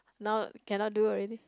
now cannot do already